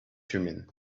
thummim